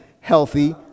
healthy